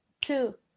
two